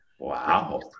Wow